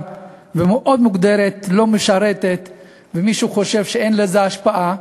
ומאוד מוגדרת שלא משרתת ומישהו שחושב שאין לזה השפעה,